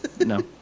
No